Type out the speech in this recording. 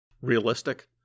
realistic